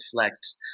reflect